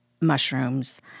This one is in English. mushrooms